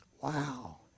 Wow